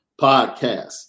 Podcast